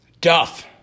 Duff